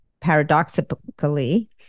paradoxically